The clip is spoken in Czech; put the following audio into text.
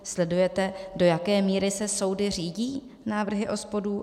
Sledujete, do jaké míry se soudy řídí návrhy OSPOD?